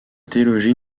théologie